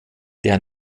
der